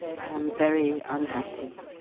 i am very unhappy.